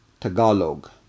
Tagalog